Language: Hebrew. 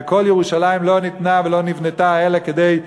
וכל ירושלים לא ניתנה ולא נבנתה אלא כדי,